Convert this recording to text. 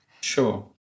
Sure